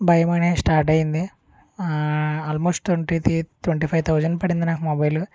భయం అనేది స్టార్ట్ అయ్యింది almost twenty three twenty five thousand పడింది నాకు మొబైల్